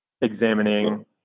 examining